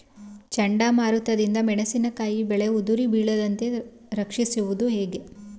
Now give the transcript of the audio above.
ಚಂಡಮಾರುತ ದಿಂದ ಮೆಣಸಿನಕಾಯಿ ಬೆಳೆ ಉದುರಿ ಬೀಳದಂತೆ ರಕ್ಷಿಸುವುದು ಹೇಗೆ?